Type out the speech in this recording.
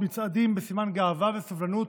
מצעדים בסימן גאווה וסובלנות.